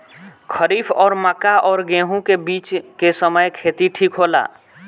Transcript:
खरीफ और मक्का और गेंहू के बीच के समय खेती ठीक होला?